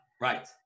right